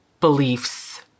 beliefs